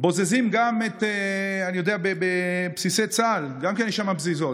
בוזזים גם את בסיסי צה"ל, גם שם יש בזיזות.